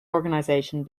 organization